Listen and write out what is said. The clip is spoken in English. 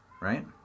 Right